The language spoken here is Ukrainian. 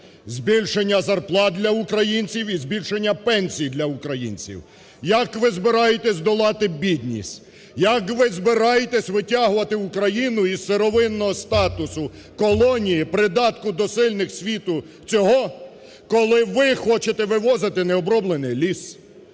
збільшення зарплат для українців і збільшення пенсій для українців. Як ви збираєтесь долати бідність? Як ви збираєтесь витягувати Україну із сировинного статусу колонії, придатку до сильних світу цього, коли ви хочете вивозити не оброблений ліс,